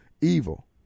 evil